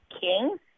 King